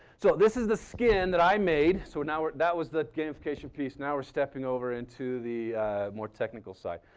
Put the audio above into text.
so, this is the skin that i made. so now that was the gamification piece. now we're stepping over into the more technical side.